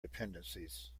dependencies